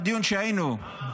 בדיון שהיינו בו,